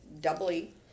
doubly